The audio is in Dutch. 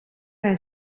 hij